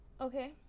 Okay